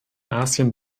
asien